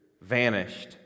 vanished